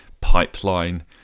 pipeline